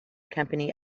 company